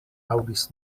aŭdis